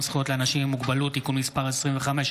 זכויות לאנשים עם מוגבלות (תיקון מס' 25),